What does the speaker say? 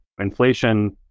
inflation